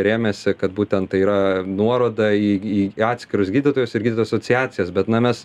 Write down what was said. rėmėsi kad būtent tai yra nuoroda į į atskirus gydytojus ir gydytojų asociacijas bet na mes